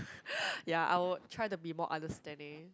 ya I would try to be more understanding